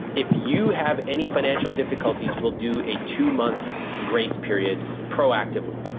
if you have any financial difficulties, we'll do a two-month grace period proactively.